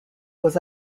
was